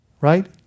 right